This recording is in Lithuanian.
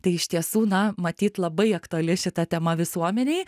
tai iš tiesų na matyt labai aktuali šita tema visuomenei